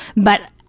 but